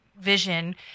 vision